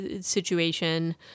situation